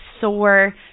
sore